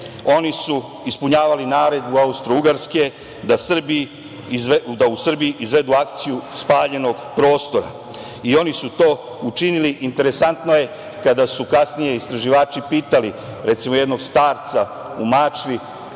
Oni su ispunjavali naredbu Austrougarske da u Srbiji izvedu akciju „spaljenog prostora“. Oni su to učinili. Interesantno je, kada su kasnije istraživači pitali, recimo, jednog starca u Mačvi